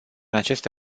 aceste